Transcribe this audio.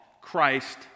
Christ